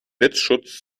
blitzschutz